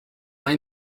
mae